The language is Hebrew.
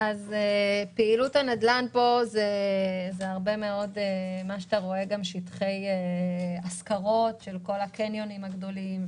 פעילות הנדל"ן פה היא גם שטחי השכרות של הקניונים הגדולים,